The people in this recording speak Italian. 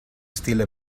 stile